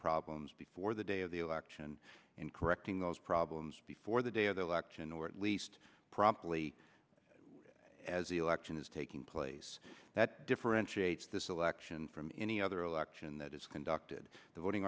problems before the day of the election and correcting those problems before the day of the election or at least promptly as the election is taking place that differentiates this election from any other election that is conducted the voting